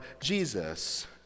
Jesus